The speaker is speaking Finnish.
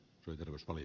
lindroos oli